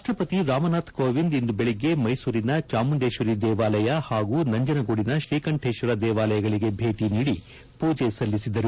ರಾಷ್ಟ್ರಪತಿ ರಾಮನಾಥ್ ಕೋವಿಂದ್ ಇಂದು ಬೆಳಿಗ್ಗೆ ಮೈಸೂರಿನ ಚಾಮುಂಡೇಶ್ವರಿ ದೇವಾಲಯ ಹಾಗೂ ನಂಜನಗೂಡಿನ ಶ್ರೀಕಂಠೇಶ್ವರ ದೇವಾಲಯಗಳಿಗೆ ಭೇಟಿ ನೀಡಿ ಪೂಜೆ ಸಲ್ಲಿಸಿದರು